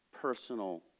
personal